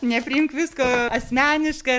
nepriimk visko asmeniškai